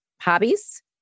hobbies